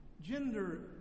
Gender